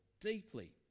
deeply